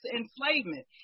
enslavement